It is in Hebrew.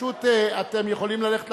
אתם יכולים ללכת לפרוטוקול.